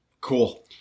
Cool